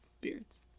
beards